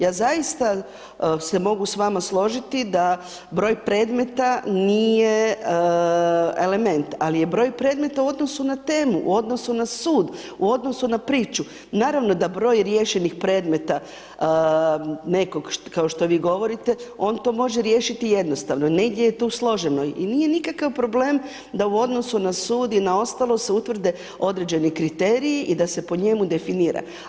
Ja zaista se mogu s vama složiti da broj predmeta nije element, ali je broj predmeta u odnosu na temu, u odnosu na sud, u odnosu na priču, naravno da broj riješenih predmeta nekog kao što vi govorite, on to može riješiti jednostavno, negdje je to složeno i nije nikakav problem da u odnosu na sud i na ostalo se utvrde određeni kriteriji i da se po njemu definira.